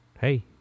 Hey